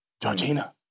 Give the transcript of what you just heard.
Georgina